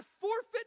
forfeit